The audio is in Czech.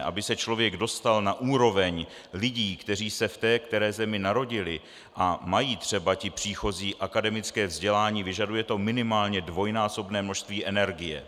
Aby se člověk dostal na úroveň lidí, kteří se v té které zemi narodili, a mají třeba ti příchozí mají akademické vzdělání, vyžaduje to minimálně dvojnásobné množství energie.